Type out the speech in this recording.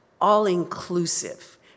all-inclusive